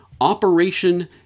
Operation